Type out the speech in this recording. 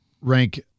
rank